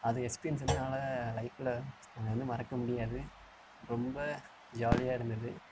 அது எஸ்பீரியன்ஸ் வந்து என்னால் லைஃப்பில் அது வந்து மறக்க முடியாது ரொம்ப ஜாலியாக இருந்தது